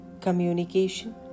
communication